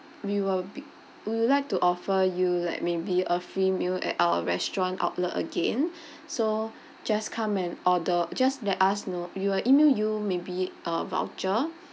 we will be we would like to offer you like maybe a free meal at our restaurant outlet again so just come and order just let us know we will email you maybe a voucher